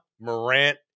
Morant